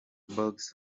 box